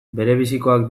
berebizikoak